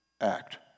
act